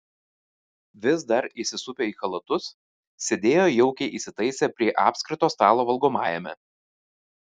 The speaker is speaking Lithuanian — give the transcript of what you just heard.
vis dar įsisupę į chalatus sėdėjo jaukiai įsitaisę prie apskrito stalo valgomajame